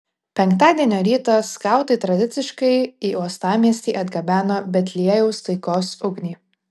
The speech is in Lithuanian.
penktadienio rytą skautai tradiciškai į uostamiestį atgabeno betliejaus taikos ugnį